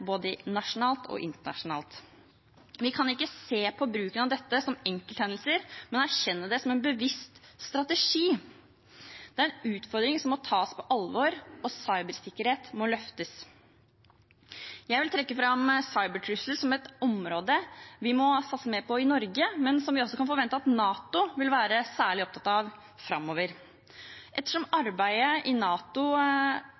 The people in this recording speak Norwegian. både nasjonalt og internasjonalt. Vi kan ikke se på bruken av dette som enkelthendelser, men erkjenne det som en bevisst strategi. Det er en utfordring som må tas på alvor, og cybersikkerhet må løftes. Jeg vil trekke fram cybertrusler som et område vi må satse mer på i Norge, men som vi også kan forvente at NATO vil være særlig opptatt av framover.